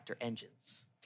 engines